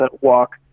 walk